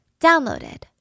Downloaded